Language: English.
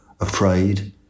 afraid